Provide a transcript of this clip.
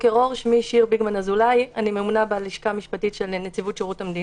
אני מבטיחה שדבריי יהיו קצרים אם תרשה לי